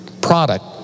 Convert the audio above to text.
product